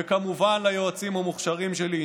וכמובן ליועצים המוכשרים שלי,